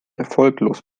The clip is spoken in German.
erfolglos